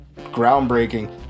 groundbreaking